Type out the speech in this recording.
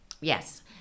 Yes